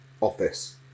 office